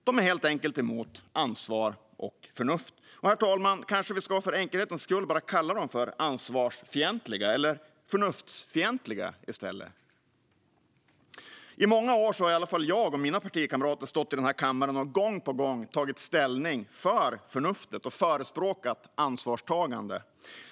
De är helt enkelt emot ansvar och förnuft. Kanske ska vi för enkelhetens skull bara kalla dem ansvarsfientliga eller förnuftsfientliga i stället, herr talman. I många år har i alla fall jag och mina partikamrater stått i den här kammaren och gång på gång tagit ställning för förnuftet och förespråkat ansvarstagande.